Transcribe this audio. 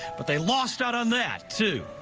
but they lost out on that too.